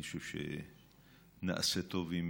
אני חושב שנעשה טוב אם